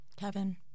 Kevin